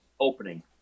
opening